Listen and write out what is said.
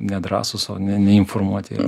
nedrąsūs o ne neinformuoti